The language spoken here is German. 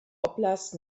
oblast